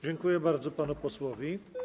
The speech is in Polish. Dziękuję bardzo panu posłowi.